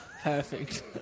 Perfect